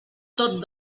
tot